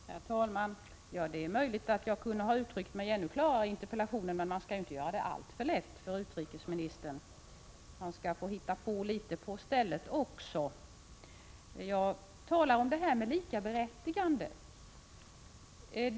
Herr talman! Det är möjligt att jag hade kunnat uttrycka mig ännu klarare i interpellationen, men jag tycker inte att man skall göra det alltför lätt för utrikesministern — han skall få hitta på litet på stället också. Jag talar om detta med likaberättigande.